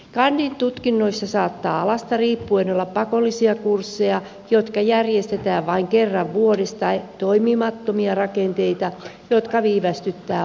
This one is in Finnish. kandin tutkinnoissa saattaa alasta riippuen olla pakollisia kursseja jotka järjestetään vain kerran vuodessa tai toimimattomia rakenteita jotka viivästyttävät opintoja